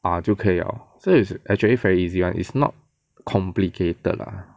ah 就可以 liao 这个 is actually very easy [one] is not complicated lah